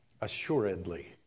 assuredly